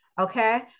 Okay